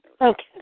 Okay